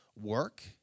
work